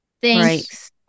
Thanks